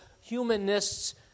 humanists